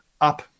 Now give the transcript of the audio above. up